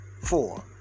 four